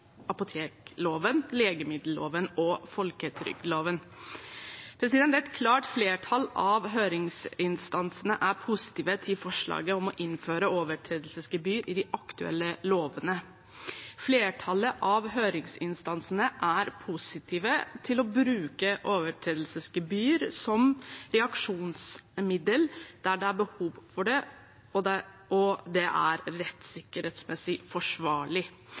apotekloven, legemiddelloven og folketrygdloven. Et klart flertall av høringsinstansene er positive til forslaget om å innføre overtredelsesgebyr i de aktuelle lovene. Flertallet av høringsinstansene er positive til å bruke overtredelsesgebyr som reaksjonsmiddel der det er behov for det og det er rettssikkerhetsmessig forsvarlig. Det